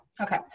okay